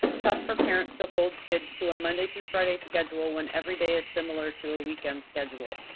tough for parents to hold kids to a monday through friday schedule when every day is similar to a weekend schedule.